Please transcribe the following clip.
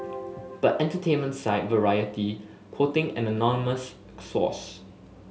but entertainment site Variety quoting an anonymous source